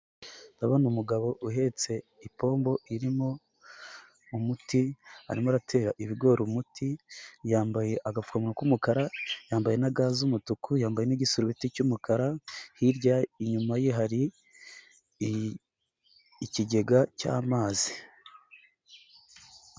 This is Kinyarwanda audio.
Ndabona umugabo uhetse ipombo irimo umuti arimo aratera ibigori umuti, yambaye agafuwa k'umukara, yambaye na ga z'umutuku, yambaye n'igisurubeti cy'umukara, hirya inyuma ye hari ikigega cy'amazi.